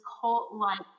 cult-like